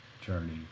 journey